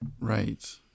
Right